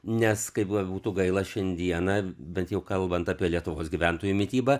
nes kaip bebūtų gaila šiandiena bent jau kalbant apie lietuvos gyventojų mitybą